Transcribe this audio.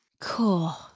Cool